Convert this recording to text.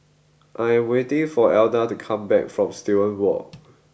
I am waiting for Elda to come back from Student Walk